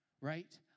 right